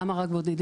למה רק בודדים?